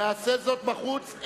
יעשה זאת בחוץ,